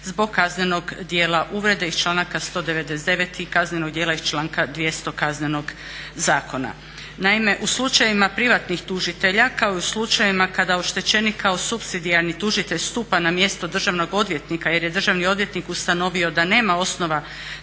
zbog kaznenog djela uvrede iz članaka 199.i kaznenog djela iz članka 200. Kaznenog zakona. Naime, u slučajevima privatnih tužitelja kao i u slučajevima kada oštećenik kao supsidijarni tužitelj stupa na mjesto državnog odvjetnika jer je državni odvjetnik ustanovio da nema osnova